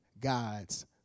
God's